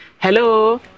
Hello